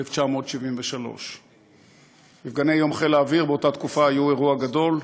1972. מפגני יום חיל האוויר באותה תקופה היו אירוע גדול,